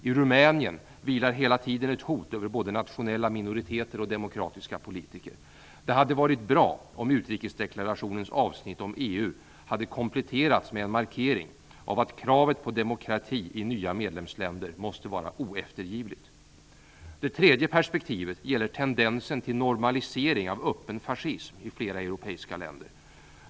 I Rumänien vilar hela tiden ett hot över både nationella minoriteter och demokratiska politiker. Det hade varit bra om utrikesdeklarationens avsnitt om EU hade kompletterats med en markering av att kravet på demokrati i nya medlemsländer måste vara oeftergivligt. Det tredje perspektivet gäller tendensen till normalisering av öppen fascism i flera europeiska länder.